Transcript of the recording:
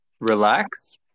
relax